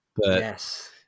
Yes